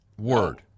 word